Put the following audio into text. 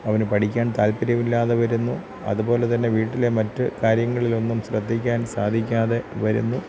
അവന് പഠിക്കാൻ താല്പര്യമില്ലാതെ വരുന്നു അതുപോലെത്തന്നെ വീട്ടിലെ മറ്റ് കാര്യങ്ങളിലൊന്നും ശ്രദ്ധിക്കാൻ സാധിക്കാതെ വരുന്നു